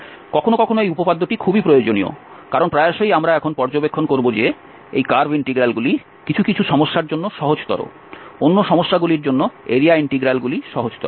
কখনও কখনও এই উপপাদ্যটি খুবই প্রয়োজনীয় কারণ প্রায়শই আমরা এখন পর্যবেক্ষণ করব যে এই কার্ভ ইন্টিগ্রালগুলি কিছু কিছু সমস্যার জন্য সহজতর অন্য সমস্যাগুলির জন্য এরিয়া ইন্টিগ্রালগুলি সহজতর